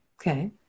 Okay